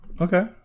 Okay